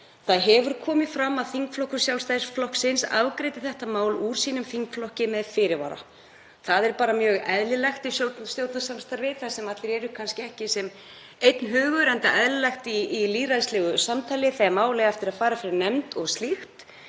Það hefur komið fram að þingflokkur Sjálfstæðisflokksins afgreiddi þetta mál úr þingflokki sínum með fyrirvara. Það er bara mjög eðlilegt í stjórnarsamstarfi þar sem ekki eru allir einhuga, enda eðlilegt í lýðræðislegu samtali þegar mál eiga eftir að fara fyrir nefnd og slíkt.